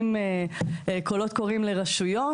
אם קולות קוראים לרשויות,